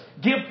Give